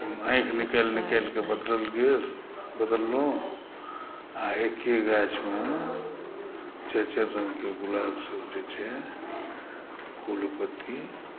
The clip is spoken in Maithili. आँखि निकालि निकालिकऽ बदलल गेल बदलहुँ आ एके गाछमे चारि चारि रंगके गुलाबसभ जे छै फूल पत्ती